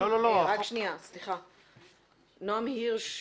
נועם הירש,